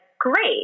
great